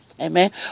Amen